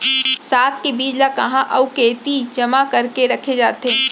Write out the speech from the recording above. साग के बीज ला कहाँ अऊ केती जेमा करके रखे जाथे?